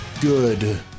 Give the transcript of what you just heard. good